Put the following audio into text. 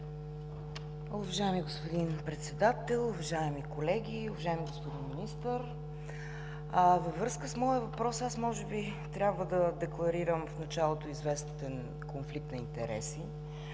уважаеми господин Председател. Уважаеми колеги, уважаеми господин Министър! Във връзка с моя въпрос, в началото може би трябва да декларирам известен конфликт на интереси,